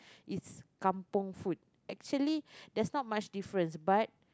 it's kampung food actually there's not much difference but